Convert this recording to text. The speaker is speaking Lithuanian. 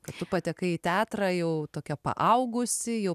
kad tu patekai į teatrą jau tokia paaugusi jau